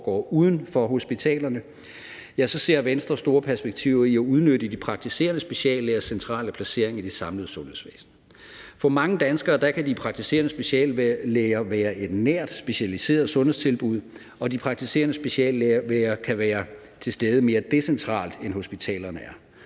foregår uden for hospitalerne, ja, så ser Venstre store perspektiver i at udnytte de praktiserende speciallægers centrale placering i det samlede sundhedsvæsen. For mange danskere kan de praktiserende speciallæger være et nært, specialiseret sundhedstilbud, og de praktiserende speciallæger kan være til stede mere decentralt, end hospitalerne er.